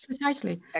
precisely